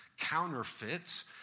counterfeits